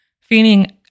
feeling